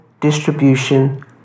distribution